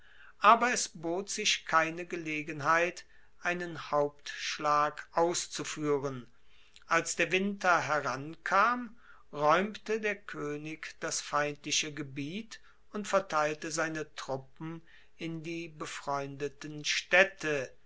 aber es bot sich keine gelegenheit einen hauptschlag auszufuehren als der winter herankam raeumte der koenig das feindliche gebiet und verteilte seine truppen in die befreundeten staedte